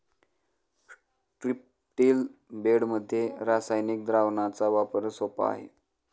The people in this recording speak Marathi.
स्ट्रिप्टील बेडमध्ये रासायनिक द्रावणाचा वापर सोपा आहे